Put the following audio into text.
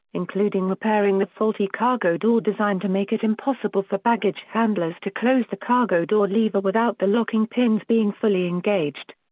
including repairing the faulty cargo door design to make it impossible for baggage handlers to close the cargo door lever without the locking pins being fully engaged.